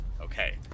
Okay